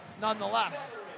nonetheless